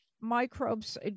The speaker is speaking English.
microbes